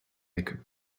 ecke